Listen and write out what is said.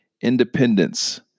independence